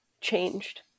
changed